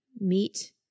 Meet